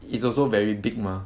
it's also very big mah